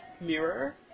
mirror